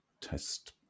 test